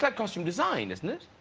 but costume design, isn't it?